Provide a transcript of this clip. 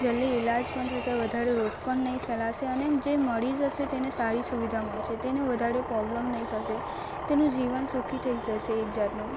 જલ્દી ઈલાજ પણ થશે વધારે રોગ પણ નહીં ફેલાશે અને જે મરી જશે તેને સારી સુવિધા મળશે તેને વધારે પોબ્લેમ નહીં થશે તેનું જીવન સુખી થઈ જશે એક જાતનું